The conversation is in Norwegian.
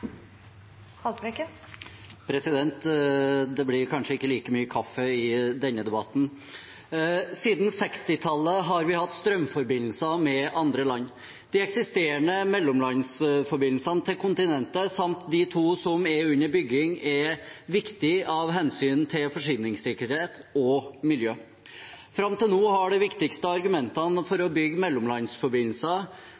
til. Det blir kanskje ikke like mye kaffe i denne debatten. Siden 1960-tallet har vi hatt strømforbindelser med andre land. De eksisterende mellomlandsforbindelsene til kontinentet, samt de to som er under bygging, er viktige av hensyn til forsyningssikkerhet og miljø. Fram til nå har de viktigste argumentene for